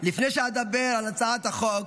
לפני שאדבר על הצעת החוק,